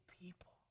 people